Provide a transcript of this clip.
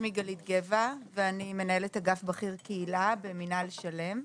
שמי גלית גבע ואני מנהלת אגף בכיר קהילה במינהל של"מ.